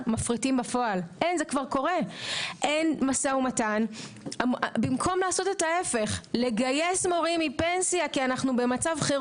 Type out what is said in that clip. כל יום שהדבר הזה לא קורה אנחנו מדממים כסף ואנשים.